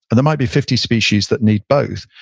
and there might be fifty species that need both.